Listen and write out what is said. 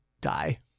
die